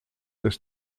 des